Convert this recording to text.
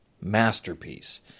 masterpiece